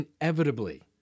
inevitably